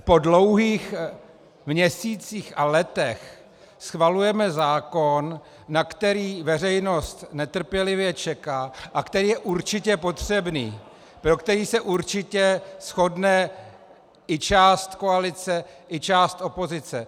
Po dlouhých měsících a letech schvalujeme zákon, na který veřejnost netrpělivě čeká a který je určitě potřebný, pro který se určitě shodne i část koalice i část opozice.